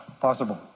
possible